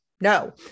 no